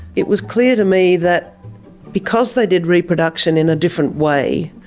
it was clear to me that because they did reproduction in a different way,